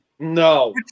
No